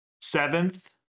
seventh